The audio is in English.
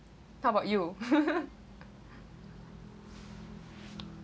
how about you